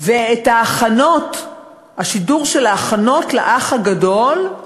ואת השידור של ההכנות ל"האח הגדול"